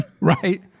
right